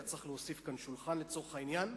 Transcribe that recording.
היה צריך להוסיף כאן שולחן לצורך העניין.